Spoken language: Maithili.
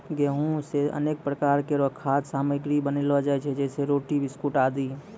गेंहू सें अनेक प्रकार केरो खाद्य सामग्री बनैलो जाय छै जैसें रोटी, बिस्कुट आदि